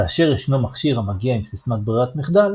כאשר ישנו מכשיר המגיע עם סיסמת ברירת מחדל,